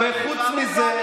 וחוץ מזה,